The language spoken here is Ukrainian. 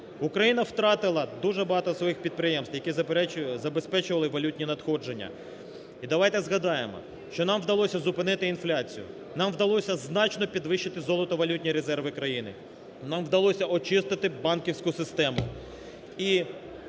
Україна втратила дуже багато своїх підприємств, які забезпечували валютні надходження. І давайте згадаємо, що нам вдалося зупинити інфляція, нам вдалося значно підвищити золотовалютні резерви країни, нам вдалося очистити банківську систему.